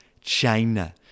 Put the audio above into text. China